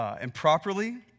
improperly